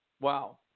wow